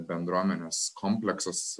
bendruomenės kompleksas